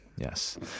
Yes